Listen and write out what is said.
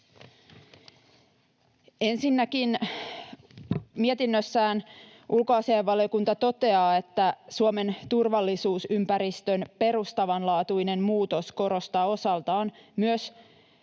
Ensinnäkin mietinnössään ulkoasiainvaliokunta toteaa, että Suomen turvallisuusympäristön perustavanlaatuinen muutos korostaa osaltaan myös